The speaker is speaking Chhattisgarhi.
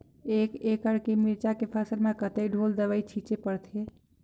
एक एकड़ के मिरचा के फसल म कतेक ढोल दवई छीचे पड़थे?